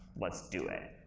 let's do it.